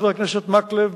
חבר הכנסת מקלב,